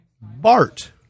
Bart